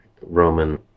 Roman